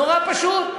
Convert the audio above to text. נורא פשוט.